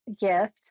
gift